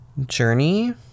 Journey